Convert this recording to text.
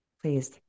please